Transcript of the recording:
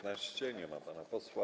Nie ma pana posła.